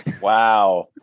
Wow